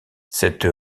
cette